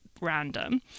random